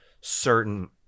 certain